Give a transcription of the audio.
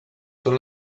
són